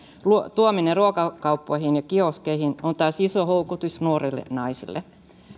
tuominen ruokakauppoihin ja kioskeihin on taas iso houkutus nuorille naisille